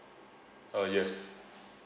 uh yes